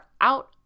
out